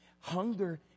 hunger